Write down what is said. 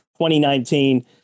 2019